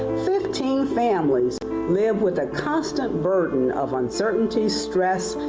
fifteen families live with ah constant burden of uncertainty stress,